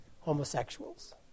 homosexuals